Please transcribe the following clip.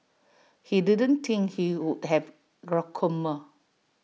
he didn't think he would have glaucoma